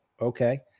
okay